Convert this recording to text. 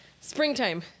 Springtime